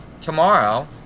tomorrow